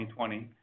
2020